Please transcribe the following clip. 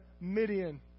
Midian